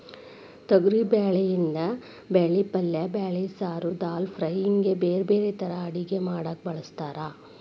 ತೊಗರಿಬ್ಯಾಳಿಯಿಂದ ಬ್ಯಾಳಿ ಪಲ್ಲೆ ಬ್ಯಾಳಿ ಸಾರು, ದಾಲ್ ಫ್ರೈ, ಹಿಂಗ್ ಬ್ಯಾರ್ಬ್ಯಾರೇ ತರಾ ಅಡಗಿ ಮಾಡಾಕ ಬಳಸ್ತಾರ